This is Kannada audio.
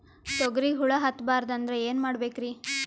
ತೊಗರಿಗ ಹುಳ ಹತ್ತಬಾರದು ಅಂದ್ರ ಏನ್ ಮಾಡಬೇಕ್ರಿ?